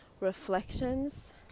reflections